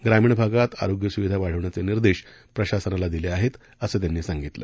ग्रामीण भागात आरोग्यसुविधा वाढवण्याचे निर्देश प्रशासनला दिले आहेत असं त्यांनी सांगितलं